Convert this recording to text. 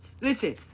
listen